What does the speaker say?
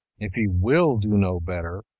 if he will do no better,